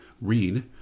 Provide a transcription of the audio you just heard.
read